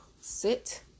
sit